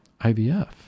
IVF